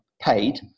paid